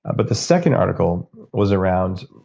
but the second article was around,